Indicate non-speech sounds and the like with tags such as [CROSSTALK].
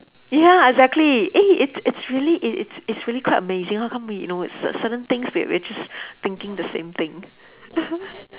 ya exactly eh it's it's really it's it's it's really quite amazing how come we you know cer~ certain things we're we're just thinking the same thing [LAUGHS]